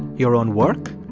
your own work?